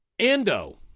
Ando